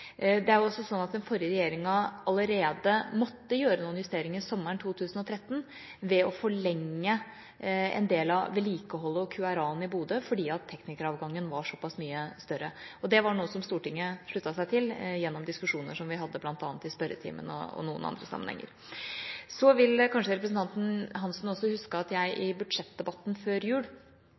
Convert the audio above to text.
Den forrige regjeringa måtte allerede sommeren 2013 gjøre noen justeringer ved å forlenge en del av vedlikeholdet og QRA-ene i Bodø, fordi teknikeravgangen var såpass mye større. Det var noe Stortinget sluttet seg til gjennom diskusjoner vi hadde bl.a. i spørretimen og i noen andre sammenhenger. Representanten Hansen vil kanskje også huske at jeg i budsjettdebatten før jul